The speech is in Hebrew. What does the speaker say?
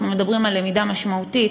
אנחנו מדברים על למידה משמעותית,